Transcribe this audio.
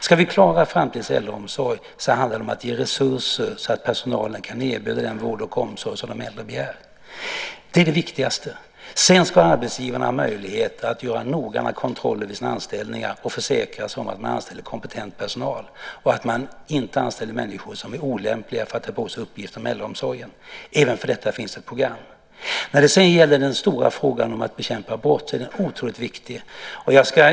Ska vi klara framtidens äldreomsorg handlar det om att ge resurser så att personalen kan erbjuda den vård och omsorg som de äldre begär. Det är det viktigaste. Sedan ska arbetsgivaren ha möjlighet att göra noggranna kontroller vid sina anställningar och försäkra sig om att man anställer kompetent personal och att man inte anställer människor som är olämpliga för att ta på sig uppgifter inom äldreomsorgen. Även för detta finns ett program. Den stora frågan om att bekämpa brott är otroligt viktig.